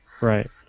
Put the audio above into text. right